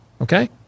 Okay